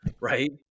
Right